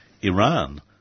Iran